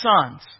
sons